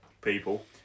people